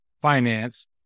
finance